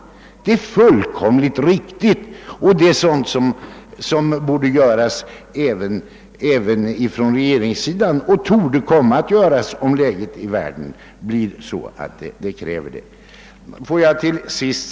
Det är fullkomligt riktigt, och det är vad som borde göras även från regeringssidan. Det torde också komma att ske om läget i världen blir sådant att detta erfordras.